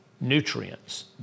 nutrients